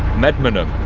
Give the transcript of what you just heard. medmenham